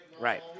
right